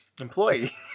employee